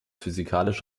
physikalisch